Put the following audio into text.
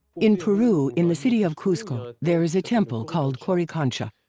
in peru in the city of cuzco there is a temple called coricancha.